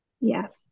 yes